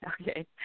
okay